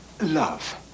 Love